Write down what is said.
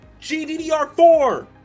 GDDR4